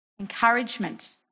encouragement